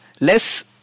less